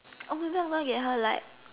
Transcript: oh my God gonna get her like